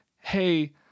hey